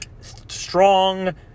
strong